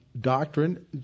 doctrine